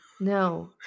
No